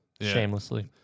Shamelessly